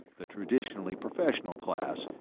the traditionally professional class,